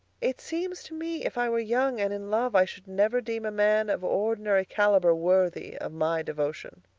it seems to me if i were young and in love i should never deem a man of ordinary caliber worthy of my devotion.